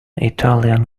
italian